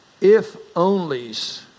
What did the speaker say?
if-onlys